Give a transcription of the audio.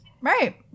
right